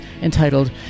entitled